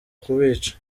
kubica